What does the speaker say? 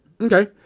Okay